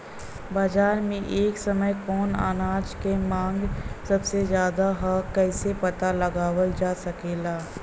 बाजार में एक समय कवने अनाज क मांग सबसे ज्यादा ह कइसे पता लगावल जा सकेला?